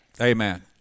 Amen